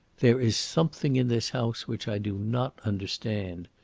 there is something in this house which i do not understand.